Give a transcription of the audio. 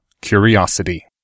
Curiosity